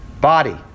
Body